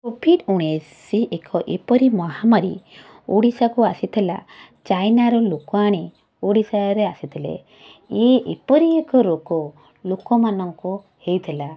Covid ଉଣେଇଶ ଏକ ଏପରି ମହାମାରୀ ଓଡ଼ିଶାକୁ ଆସିଥିଲା ଚାଇନାର ଲୋକ ଆଣି ଓଡ଼ିଶାରେ ଆସିଥିଲେ ଇଏ ଏପରି ଏକ ରୋଗ ଲୋକମାନଙ୍କୁ ହେଇଥିଲା